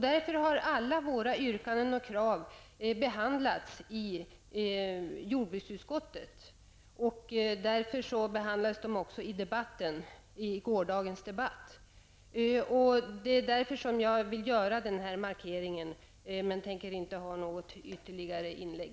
Därför har alla våra yrkanden och krav behandlats i jordbruksutskottet och behandlades i gårdagens debatt. Jag vill därför göra den här markeringen, men tänker inte göra något ytterligare inlägg.